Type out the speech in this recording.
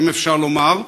אם אפשר לומר,